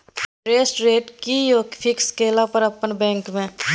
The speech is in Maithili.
इंटेरेस्ट रेट कि ये फिक्स केला पर अपन बैंक में?